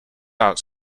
out